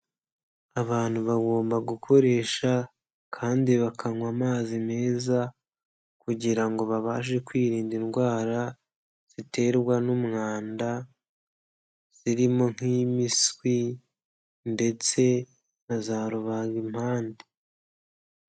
Abantu bagomba gukoresha kandi bakanywa amazi meza kugira ngo babashe kwirinda indwara ziterwa n'umwanda, zirimo nk'impiswi ndetse na za rubagimpande.